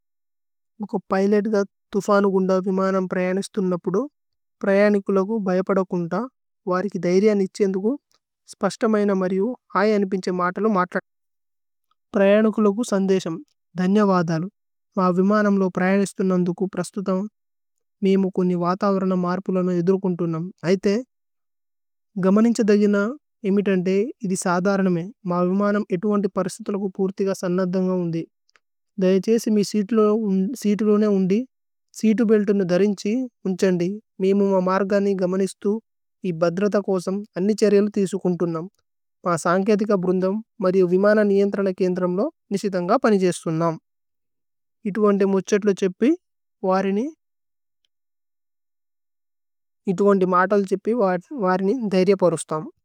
ഉക പിലോതു ഗ തുഫാനുഗുന്ദ വിമനമ് പ്രയനിസിതുന്। ന പുദു പ്രയനികുലഗു ഭൈപദ കുന്ദ വരികി। ദൈരേയ നിത്ഛി ഏന്ദുകു സ്പശ്തമയിനമ് അര്യു ഹൈ। അനിപിന്ഛേ മതല മതല പ്രയനി। കുലഗു സന്ദേസമ് ദന്യ വാദലു മാ വിമനമ് ലുഓ। പ്രയനിസിതുന് നന്ദു കു പ്രസ്തുതമ് മേമുകുന്നി। വാദവരന മര്പുല നു ഏദുരുകുന് തുന്ദമ് ഐതേ। ഗമനിന്ഛേ ദഗുന ഏമിതേ അന്ദേ ഇസി സദര്നമേ മാ। വിമനമ് ഏദ്വന്തേ പ്രസിതുലഗു പുര്ഥി ഗ സനദന്। ഗമ്ദി ദയ ഛേസി മേ സിതു സീതു ലുഓ നേ ഉന്ദി। സീതു ബേലുതുനു ദരിന്ഛേ ഉന്ഛേ അന്ദേ മേമു മാ। മര്ഗനി ഗമനിസിതു ഏ ബദ്രത കോജമ് അന്നിഛരേലു। തിസുകുന് തുന്ദമ് മാ സന്ഖേതി ക ബുരുന്ദമ് മാ। യു വിമന നിയേന്ത്രനക് നിയേന്ത്രമ് ലുഓ നിശിത്। ഹന്ഗ പ്രനിസിതുന് നാമ് ഇതു വന്ദേ മുച്ഛത്ലു। ഛേപ്പി വരിനി ഇതു വന്ദേ മതല ഛേപ്പി। വരിനി ദൈരേയ പ്രസിതമ്।